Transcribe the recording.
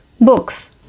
books